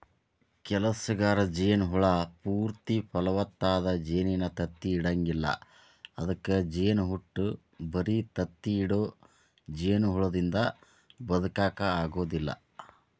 ಕೆಲಸಗಾರ ಜೇನ ಹುಳ ಪೂರ್ತಿ ಫಲವತ್ತಾದ ಜೇನಿನ ತತ್ತಿ ಇಡಂಗಿಲ್ಲ ಅದ್ಕ ಜೇನಹುಟ್ಟ ಬರಿ ತತ್ತಿ ಇಡೋ ಜೇನಹುಳದಿಂದ ಬದಕಾಕ ಆಗೋದಿಲ್ಲ